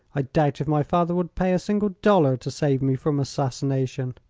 i doubt if my father would pay a single dollar to save me from assassination.